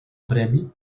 premi